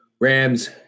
Rams